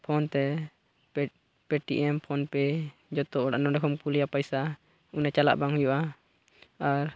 phone ᱛᱮ Paytm PhonePe ᱡᱚᱛᱚ ᱦᱚᱲᱟᱜ ᱱᱚᱰᱮ ᱠᱷᱚᱱᱮᱢ ᱠᱩᱞᱟᱭᱟ ᱯᱚᱭᱥᱟ ᱚᱸᱰᱮ ᱪᱟᱞᱟᱜ ᱵᱟᱝ ᱦᱩᱭᱩᱜᱼᱟ ᱟᱨ